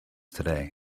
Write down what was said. today